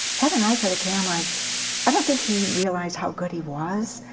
had an eye for the camera. and i don't think he realized how good he was.